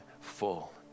full